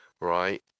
right